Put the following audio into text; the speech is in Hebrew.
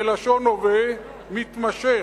בלשון הווה מתמשך.